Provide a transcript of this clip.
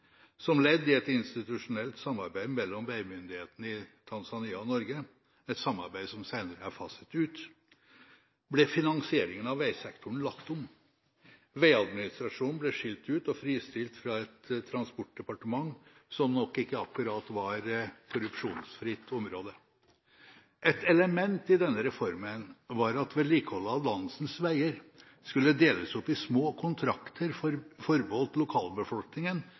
Som ledd i et institusjonelt samarbeid mellom veimyndighetene i Tanzania og Norge, et samarbeid som senere er faset ut, ble finanseringen av veisektoren lagt om. Veiadministrasjonen ble skilt ut og fristilt fra et transportdepartement – som nok ikke akkurat var korrupsjonsfritt område. Et element i denne reformen var at vedlikeholdet av landsens veier skulle deles opp i små kontrakter forbeholdt lokalbefolkningen